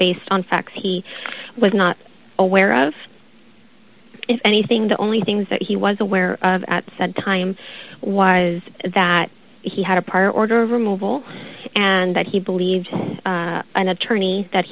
based on facts he was not aware of if anything the only things that he was aware of at that time was that he had a part order removal and that he believed an attorney that